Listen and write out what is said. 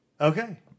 Okay